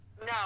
No